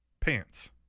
Pants